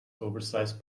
oversized